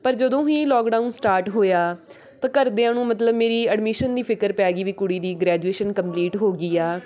ਪਰ ਜਦੋਂ ਹੀ ਲੋਕਡਾਊਨ ਸਟਾਰਟ ਹੋਇਆ ਤਾਂ ਘਰਦਿਆਂ ਨੂੰ ਮਤਲਬ ਮੇਰੀ ਐਡਮਿਸ਼ਨ ਦੀ ਫਿਕਰ ਪੈ ਗਈ ਵੀ ਕੁੜੀ ਦੀ ਗਰੈਜੂਏਸ਼ਨ ਕੰਪਲੀਟ ਹੋ ਗਈ ਆ